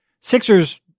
Sixers